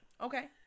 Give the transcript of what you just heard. Okay